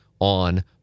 on